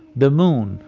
the moon,